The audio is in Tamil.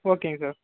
ஓகேங்க சார்